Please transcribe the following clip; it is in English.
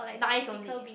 nice only eh